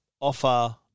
offer